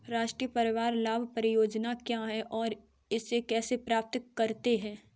राष्ट्रीय परिवार लाभ परियोजना क्या है और इसे कैसे प्राप्त करते हैं?